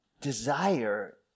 desire